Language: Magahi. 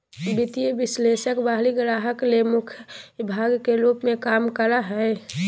वित्तीय विश्लेषक बाहरी ग्राहक ले मुख्य भाग के रूप में काम करा हइ